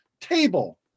table